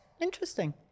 Interesting